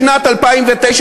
זה נתון של אי-שוויון.